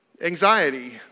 anxiety